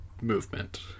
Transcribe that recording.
movement